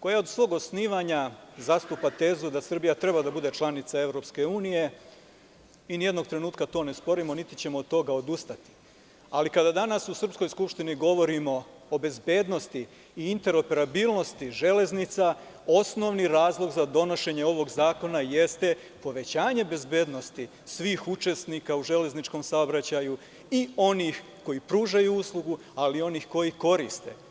koja od svog zasnivanja zastupa tezu da Srbija treba da bude članica EU i nijednog trenutka to ne sporimo, niti ćemo od toga odustati, ali kada danas u srpskoj Skupštini govorimo o bezbednosti i interoperabilnosti železnica, osnovni razlog za donošenje ovog zakona jeste povećanje bezbednosti svih učesnika u železničkom saobraćaju, onih koji pružaju uslugu, ali i onih koji ih koriste.